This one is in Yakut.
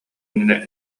иннинэ